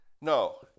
No